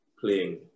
playing